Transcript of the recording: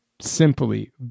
simply